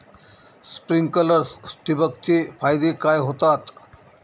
Sprinklers ठिबक चे फायदे काय होतात?